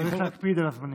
צריך להקפיד על הזמנים.